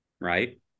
Right